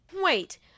Wait